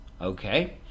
okay